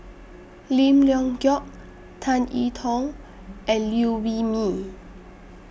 Lim Leong Geok Tan Tong and Liew Wee Mee